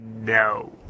No